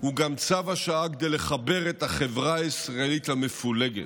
הוא גם צו השעה כדי לחבר את החברה הישראלית המפולגת.